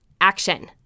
action